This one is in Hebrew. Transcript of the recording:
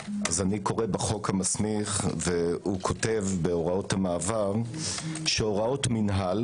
אני קורא בחוק המסמיך והוא כותב בהוראות המעבר שהוראות מינהל